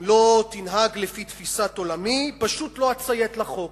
אם לא תנהג לפי תפיסת עולמי, פשוט לא אציית לחוק,